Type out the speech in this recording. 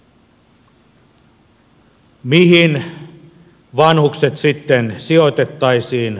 mihin vanhukset sitten sijoitettaisiin